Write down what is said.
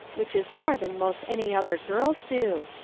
which is more than most any other girls do.